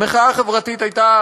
המחאה החברתית הייתה,